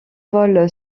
vol